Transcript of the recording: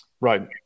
Right